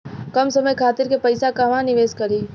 कम समय खातिर के पैसा कहवा निवेश करि?